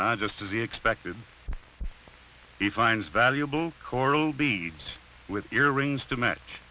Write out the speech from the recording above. just as he expected he finds valuable coral beads with earrings to match